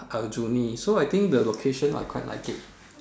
Aljunied so I think the location I quite like it